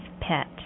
pet